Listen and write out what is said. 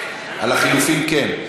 על הלחלופין כן.